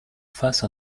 face